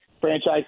franchise